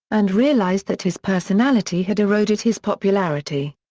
and realized that his personality had eroded his popularity.